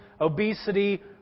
obesity